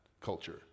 culture